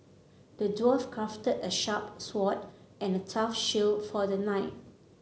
the dwarf crafted a sharp sword and a tough shield for the knight